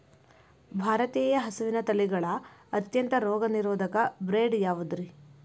ಭಾರತೇಯ ಹಸುವಿನ ತಳಿಗಳ ಅತ್ಯಂತ ರೋಗನಿರೋಧಕ ಬ್ರೇಡ್ ಯಾವುದ್ರಿ?